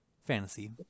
Fantasy